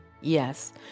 Yes